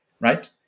right